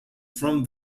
from